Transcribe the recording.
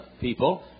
people